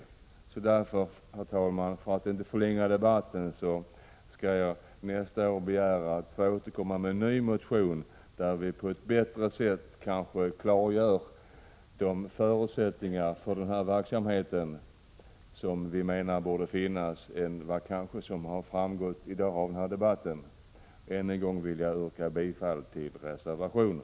Herr talman! För att inte förlänga debatten skall jag nästa år begära att få återkomma med en ny motion, där vi kanske på ett bättre sätt kan klargöra de förutsättningar för verksamheten som vi menar borde finnas än vad som har framgått i den här debatten. Än en gång vill jag yrka bifall till reservationen.